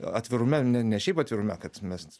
atvirume ne ne šiaip atvirume kad mes